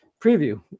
preview